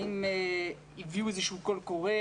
האם היה איזשהו קול קורא?